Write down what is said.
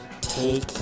Take